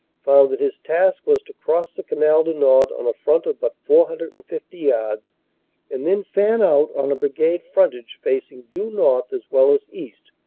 found that his task was to cross the canal du nord on a front of but four hundred and fifty yards and then fan out on a brigade frontage facing due north as well as east,